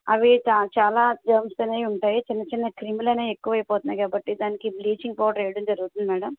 అవి చా చాలా జర్మ్స్ అని ఉంటాయి చిన్న చిన్న క్రిములు అనేవి ఎక్కువ అయిపోతున్నాయి కాబట్టి దానికి బ్లీచింగ్ పౌడర్ వేయడం జరుగుతుంది మ్యాడమ్